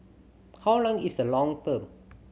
how long is the long term